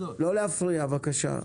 לא להפריע בבקשה.